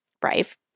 Brave